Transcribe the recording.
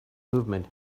movement